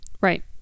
Right